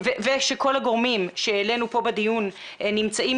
ושכל הגורמים שהעלינו כאן בדיון נמצאים